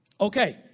Okay